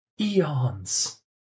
eons